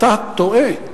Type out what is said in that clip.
אתה טועה,